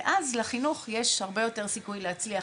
ואז לחינוך יש הרבה יותר סיכוי להצליח,